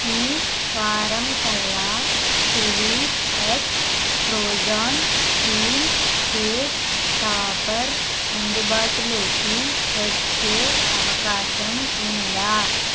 ఈ వారం కల్లా cherries eggs frozen theme cake topper అందుబాటులోకి వచ్చే అవకాశం ఉందా